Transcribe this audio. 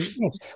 yes